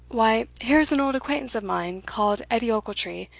why, here's an old acquaintance of mine, called edie ochiltree,